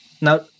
Now